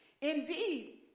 indeed